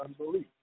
unbelief